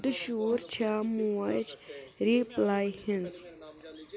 دُشوٗر چھےٚ موج رِپلاے ہٕنٛز